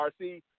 RC